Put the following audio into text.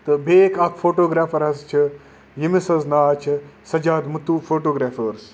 تہٕ بیٛاکھ اَکھ فوٹوگرٛیفر حظ چھِ ییٚمِس حظ ناو چھِ سجاد مٔتوٗ فوٹوگرٛیفٲرٕس